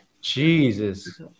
Jesus